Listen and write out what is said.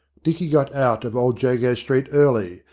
dicky got out of old jago street early,